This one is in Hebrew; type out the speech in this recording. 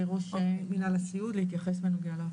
ראש מנהל הסיעוד להתייחס לעניין הזה.